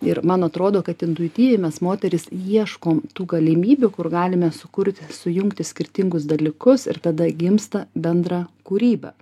ir man atrodo kad intuityviai mes moterys ieškom tų galimybių kur galime sukurti sujungti skirtingus dalykus ir tada gimsta bendra kūryba